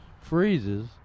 freezes